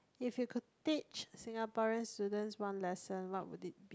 if you could teach Singaporean students one lesson what would it be